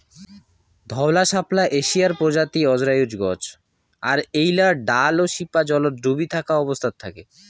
ধওলা শাপলা এশিয়ার প্রজাতি অজরায়ুজ গছ আর এ্যাইলার ডাল ও শিপা জলত ডুবি থাকা অবস্থাত থাকে